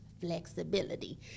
flexibility